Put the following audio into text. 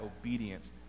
obedience